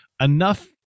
enough